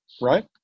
right